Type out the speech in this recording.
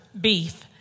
Beef